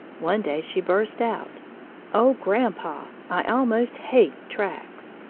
one day she burst out oh, grandpa, i almost hate tracts!